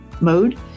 mode